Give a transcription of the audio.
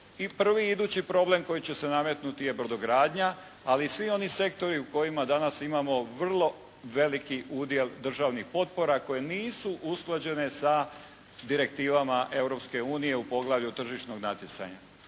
prvi idući problem koji će se nametnuti je brodogradnja ali i svi oni sektori u kojima danas imamo vrlo veliki udjel državnih potpora koje nisu usklađene sa direktivama Europske unije u poglavlju tržišnog natjecanja.